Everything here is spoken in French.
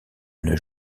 une